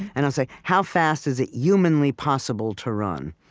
and i'll say, how fast is it humanly possible to run?